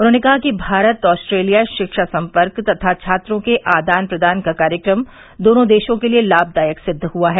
उन्होंने कहा कि भारत ऑस्ट्रेलिया रिक्षा सम्पर्क तथा छात्रों के आदान प्रदान का कार्यक्रम दोनों देशों के लिए लाभदायक सिद्व हुआ है